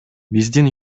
биздин